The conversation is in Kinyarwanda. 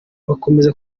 bakomeza